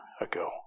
ago